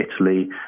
Italy